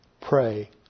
pray